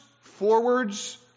forwards